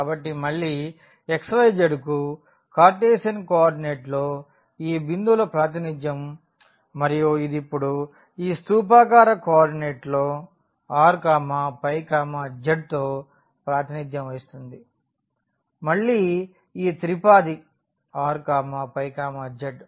కాబట్టి మళ్ళీ xyz కు కార్టేసియన్ కో ఆర్డినేట్లో ఈ బిందువుల ప్రాతినిధ్యం మరియు ఇది ఇప్పుడు ఈ స్థూపాకార కోఆర్డినేట్లో r ϕ z తో ప్రాతినిధ్యం వహిస్తుంది మళ్ళీ ఈ త్రిపాది r ϕ z